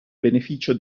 beneficio